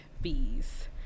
fees